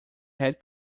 had